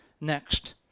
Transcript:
next